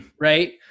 right